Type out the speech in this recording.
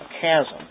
chasm